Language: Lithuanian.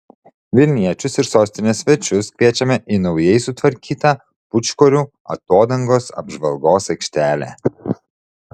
vilniečius ir sostinės svečius kviečiame į naujai sutvarkytą pūčkorių atodangos apžvalgos aikštelę